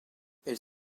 elle